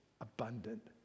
abundant